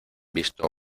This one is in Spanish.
visto